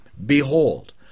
Behold